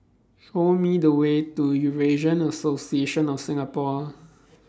Show Me The Way to Eurasian Association of Singapore